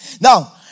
Now